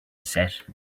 set